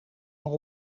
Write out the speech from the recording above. maar